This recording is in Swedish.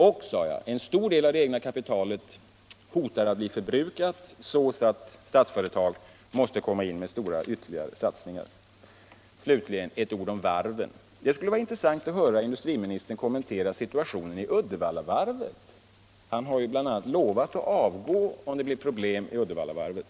Och, sade jag, en stor del av det egna kapitalet hotar att bli förbrukat, så att Statsföretag måste komma in med ytterligare stora satsningar. Slutligen några ord om varven. Det skulle vara intressant att höra industriministern kommentera situationen vid Uddevallavarvet. Han har ju bl.a. lovat att avgå om det blir problem vid Uddevallavarvet.